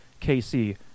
KC